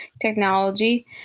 technology